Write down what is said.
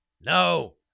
No